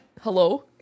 hello